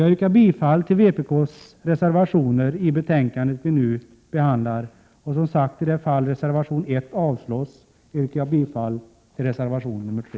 Jag yrkar bifall till vpk:s reservationer i det betänkande vi nu behandlar och, som sagt, i det fall reservation 1 avslås yrkar jag bifall till reservation 3.